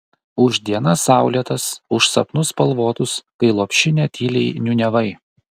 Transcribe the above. už dienas saulėtas už sapnus spalvotus kai lopšinę tyliai niūniavai